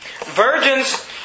virgins